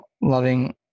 loving